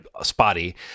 spotty